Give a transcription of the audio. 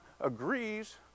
agrees